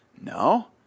No